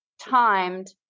timed